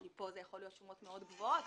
כי אלה יכולות להיות שומות מאוד גבוהות.